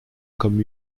comme